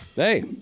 hey